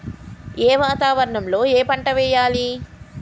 ఏ వాతావరణం లో ఏ పంట వెయ్యాలి?